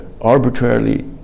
arbitrarily